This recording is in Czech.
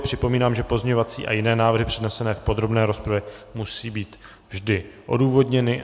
Připomínám, že pozměňovací a jiné návrhy přednesené v podrobné rozpravě musí být vždy odůvodněny.